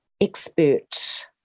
expert